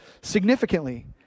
significantly